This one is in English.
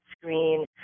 screen